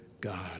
God